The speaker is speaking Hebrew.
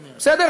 בסדר?